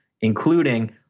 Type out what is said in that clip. including